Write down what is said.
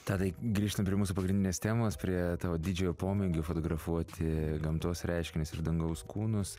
tadai grįžtam prie mūsų pagrindinės temos prie tavo didžiojo pomėgio fotografuoti gamtos reiškinius ir dangaus kūnus